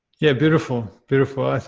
yeah. beautiful. beautiful.